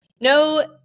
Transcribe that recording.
No